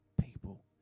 people